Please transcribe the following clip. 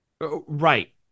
Right